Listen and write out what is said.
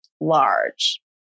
large